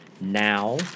now